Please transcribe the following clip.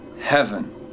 heaven